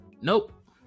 Nope